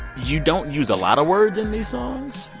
you don't use a lot of words in these songs,